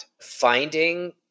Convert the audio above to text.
finding